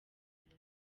buntu